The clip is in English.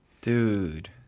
dude